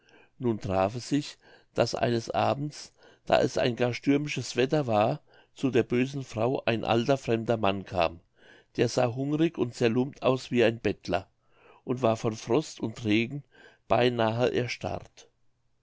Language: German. nun traf es sich daß eines abends da es ein gar stürmisches wetter war zu der bösen frau ein alter fremder mann kam der sah hungrig und zerlumpt aus wie ein bettler und war von frost und regen beinahe erstarrt